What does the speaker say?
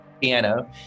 piano